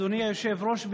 אדוני היושב-ראש,